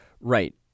Right